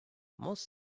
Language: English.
most